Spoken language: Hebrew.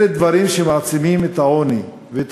אלה דברים שמעצימים את העוני ואת